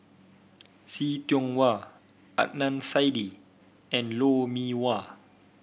See Tiong Wah Adnan Saidi and Lou Mee Wah